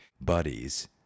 buddies